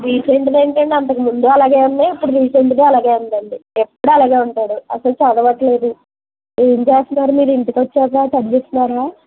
రీసెంట్గా ఏంటండీ అంతకు ముందు అలాగే ఉన్నాయి ఇప్పుడు రీసెంట్గా అలాగే ఉంది అండి ఎప్పుడూ అలాగే ఉంటాడు అసలు చదవటల్లేదు ఏం చేస్తున్నారు మీరు ఇంటికి వచ్చాక చదివిస్తున్నారా